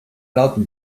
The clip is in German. lauten